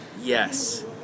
yes